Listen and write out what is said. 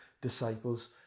disciples